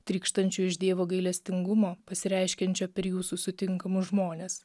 trykštančių iš dievo gailestingumo pasireiškiančio per jūsų sutinkamus žmones